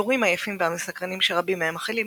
האיורים היפים והמסקרנים שרבים מהם מכילים,